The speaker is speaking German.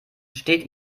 steht